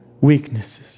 weaknesses